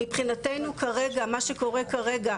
מבחינתנו כרגע מה שקורה כרגע,